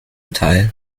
teil